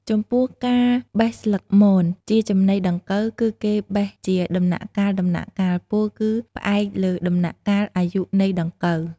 ចំពោះការបេះស្លឹកមន ជាចំណីដង្កូវគឺគេបេះជាដំណាក់កាលៗ ពោលគឺផ្អែកលើដំណាក់កាលអាយុនៃដង្កូវ។